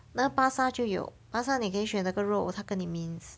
那个巴刹就有巴刹你可以选那个肉他跟你 mince